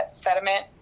sediment